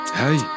hey